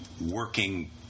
working